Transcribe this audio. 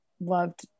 loved